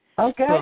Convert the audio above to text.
Okay